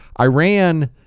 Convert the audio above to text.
Iran